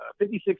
56